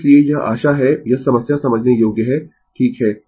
इसलिए यह आशा है यह समस्या समझने योग्य है ठीक है